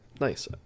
Nice